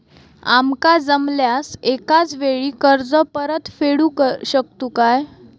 आमका जमल्यास एकाच वेळी कर्ज परत फेडू शकतू काय?